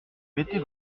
mettez